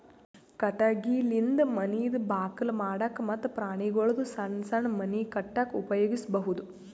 ಕಟಗಿಲಿಂದ ಮನಿದ್ ಬಾಕಲ್ ಮಾಡಕ್ಕ ಮತ್ತ್ ಪ್ರಾಣಿಗೊಳ್ದು ಸಣ್ಣ್ ಸಣ್ಣ್ ಮನಿ ಕಟ್ಟಕ್ಕ್ ಉಪಯೋಗಿಸಬಹುದು